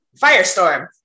Firestorm